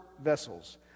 vessels